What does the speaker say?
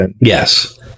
Yes